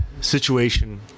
situation